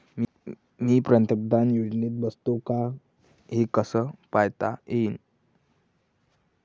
मी पंतप्रधान योजनेत बसतो का नाय, हे कस पायता येईन?